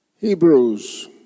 Hebrews